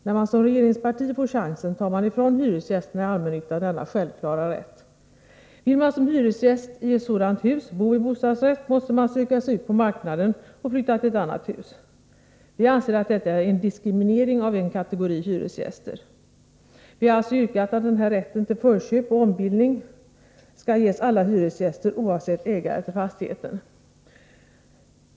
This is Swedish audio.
När man som regeringsparti får chansen tar man ifrån hyresgästerna i allmännyttan denna självklara rätt. Vill man som hyresgäst i ett sådant hus bo i bostadsrätt måste man söka sig ut på marknaden och flytta till ett annat hus. Jag anser att detta är en diskriminering av en kategori hyresgäster. Vi har alltså yrkat att denna rätt till förköp och ombildning till bostadsrätt skall ges alla hyresgäster — oavsett ägare till fastigheten.